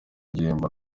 igihembo